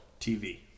tv